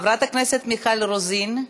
חברת הכנסת מיכל רוזין,